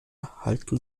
halten